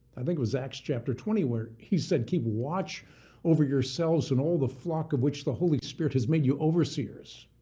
i think it was acts chapter twenty where he said, keep watch over yourselves, and all the flock of which the holy spirit has made you overseers